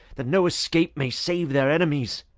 that no escape may save their enemies,